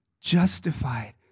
Justified